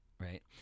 right